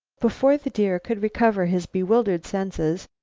before the deer could recover his bewildered senses,